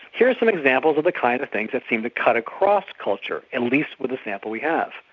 here's some examples of the kind of things that seemed to cut across culture, at least with the sample we have.